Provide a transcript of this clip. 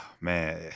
man